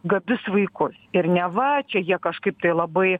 gabius vaikus ir neva čia jie kažkaip tai labai